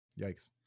Yikes